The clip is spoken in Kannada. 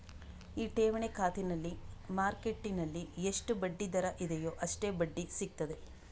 ಈ ಠೇವಣಿ ಖಾತೆನಲ್ಲಿ ಮಾರ್ಕೆಟ್ಟಿನಲ್ಲಿ ಎಷ್ಟು ಬಡ್ಡಿ ದರ ಇದೆಯೋ ಅಷ್ಟೇ ಬಡ್ಡಿ ಸಿಗ್ತದೆ